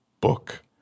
book